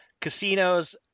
casinos